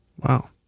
Wow